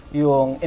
yung